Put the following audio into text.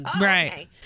Right